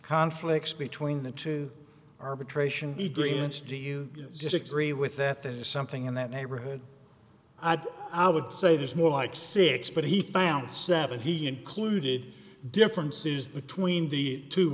conflicts between the two arbitration adrian's do you disagree with that there's something in that neighborhood i would say there's more like six but he found seven he included differences between the two